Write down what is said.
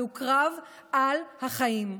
זהו קרב על החיים.